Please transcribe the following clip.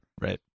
right